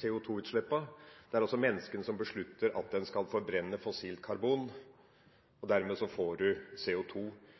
CO2-utslippene. Det er altså menneskene som beslutter at en skal forbrenne fossilt karbon, og dermed får en CO2 fra det fossile karbonet ut i luften. Så